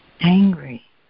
Angry